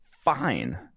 fine